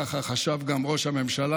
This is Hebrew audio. ככה חשב גם ראש הממשלה.